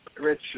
Rich